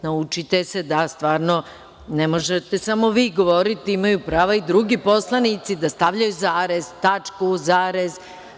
Naučite se da stvarno ne možete samo vi govoriti, imaju prava i drugi poslanici da stavljaju zarez, tačku zarez.